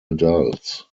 adults